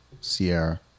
Sierra